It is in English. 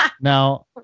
Now